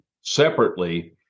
separately